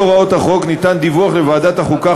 בהתאם להוראות החוק ניתן כל שישה חודשים לוועדת החוקה,